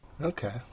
Okay